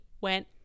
went